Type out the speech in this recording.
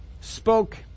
spoke